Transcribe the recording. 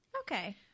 Okay